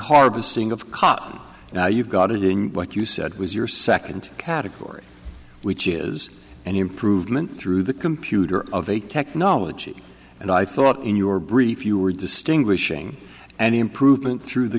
harvesting of cotton now you've got to do what you said was your second category which is an improvement through the computer of a technology and i thought in your brief you were distinguishing an improvement through the